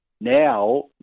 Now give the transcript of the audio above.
now